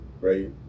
right